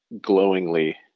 glowingly